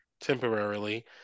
temporarily